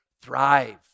thrive